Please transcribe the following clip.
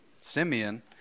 Simeon